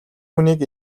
хүнийг